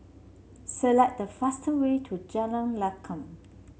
select the fastest way to Jalan Lakum